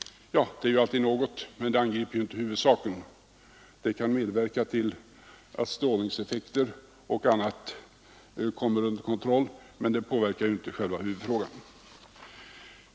Det är alltid något, men det angriper inte huvudsaken. Det kan medverka till att strålningseffekter och annat kommer under kontroll, men det påverkar inte själva huvudfrågan.